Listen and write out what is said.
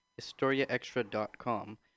HistoriaExtra.com